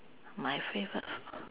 my favourite